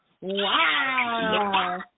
Wow